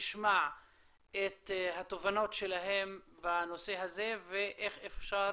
נשמע את התובנות שלהם בנושא הזה ואיך אפשר